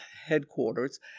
headquarters